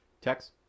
Tex